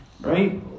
Right